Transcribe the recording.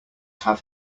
have